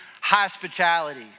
hospitality